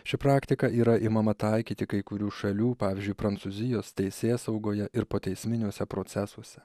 ši praktika yra imama taikyti kai kurių šalių pavyzdžiui prancūzijos teisėsaugoje ir poteisminiuose procesuose